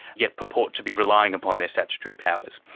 yet purport to be relying upon their statutory powers.